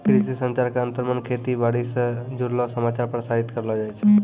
कृषि संचार के अंतर्गत खेती बाड़ी स जुड़लो समाचार प्रसारित करलो जाय छै